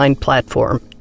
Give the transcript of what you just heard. platform